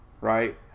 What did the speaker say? right